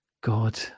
god